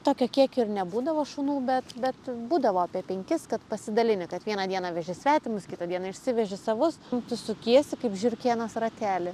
tokio kiekio ir nebūdavo šunų bet bet būdavo apie penkis kad pasidalini kad vieną dieną veži svetimus kitą dieną išsiveži savus tu sukiesi kaip žiurkėnas rately